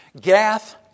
Gath